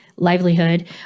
livelihood